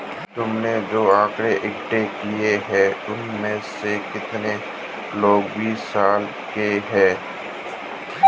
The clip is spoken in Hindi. तुमने जो आकड़ें इकट्ठे किए हैं, उनमें से कितने लोग बीस साल के हैं?